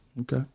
Okay